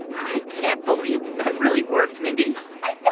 i can't believe that really worked, mindy i know.